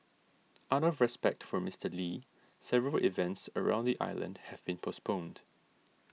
out of respect for Mister Lee several events around the island have been postponed